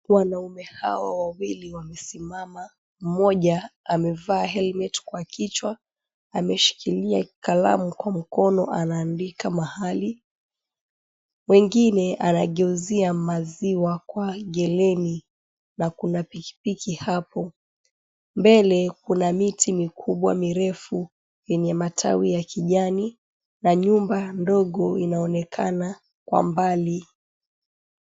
Wanaume hawa wawili wamesimama. Mmoja amevaa helmet kwa kichwa. Ameshikililia kalamu kwa mkono anaandika mahali. Mwengine anageuzia maziwa kwa geleni na kuna pikipiki hapo. Mbele kuna miti mikubwa mirefu yenye matawi ya kijani na nyumba ndogo inaonekana kwa mbali.